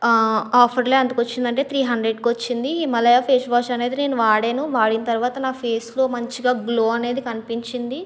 ఆఫర్లో ఎంతకు వచ్చిందంటే త్రీ హండ్రెడ్కు వచ్చింది హిమాలయా ఫేస్ వాష్ అనేది నేను వాడాను వాడిన తర్వాత నా ఫేస్లో మంచిగా గ్లో అనేది కనిపించింది